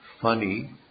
funny